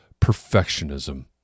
perfectionism